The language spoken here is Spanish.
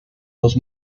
los